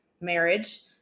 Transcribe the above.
marriage